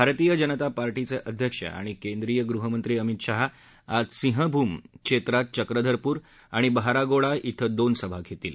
भारतीय जनता पार्टीचे अध्यक्ष आणि केन्द्रीय गृहमंत्री अमित शाह आज सिंहभूम क्षेत्रात चक्रधरपुर आणि बहरागोड़ा क्षे दोन सभा घेणार आहेत